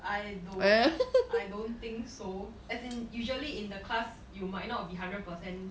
I do~ I don't think so as in usually in the class you might not be hundred percent